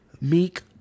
meek